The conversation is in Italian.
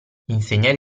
insegnare